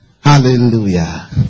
Hallelujah